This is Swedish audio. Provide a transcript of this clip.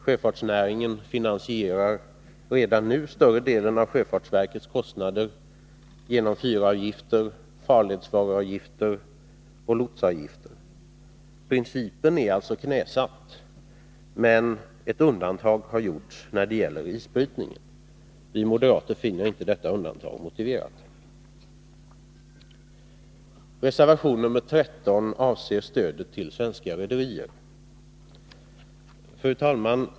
Sjöfartsnäringen finansierar redan nu större delen av sjöfartsverkets kostnader genom fyravgifter, farledsvaruavgifter och lotsavgifter. Principen är alltså knäsatt, men ett undantag har gjorts när det gäller isbrytningen. Vi moderater finner inte detta undantag motiverat. Reservation 13 avser stödet till svenska rederier.